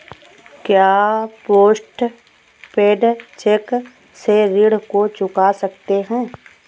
क्या post paid cheque से ऋण को चुका सकते हैं?